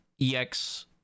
EX